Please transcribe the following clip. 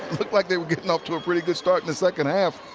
looked like they were getting off to a pretty good start and second half.